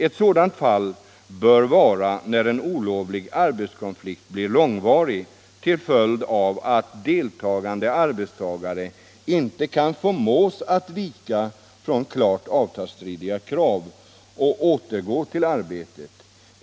Eu sådant fall bör vara när en olovlig arbetskonflikt blir långvarig till följd av att deltagande arbetstagare inte kan förmås att vika från klart avtalsstridiga krav och återgå till arbetet.